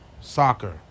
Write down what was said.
Soccer